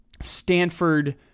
Stanford